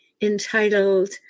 entitled